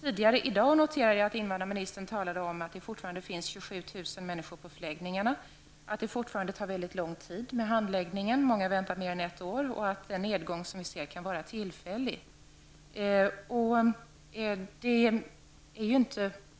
Tidigare i dag noterade jag att invandrarministern talade om att det fortfarande finns 27 000 personer på förläggningarna, att det fortfarande tar väldigt lång tid med handläggningen. Många har väntat i mer än ett år. Den nedgång som vi kan notera kan vara tillfällig, säger hon.